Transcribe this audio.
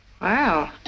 Wow